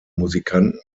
musikanten